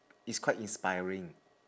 it's quite inspiring